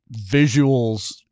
visuals